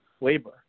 labor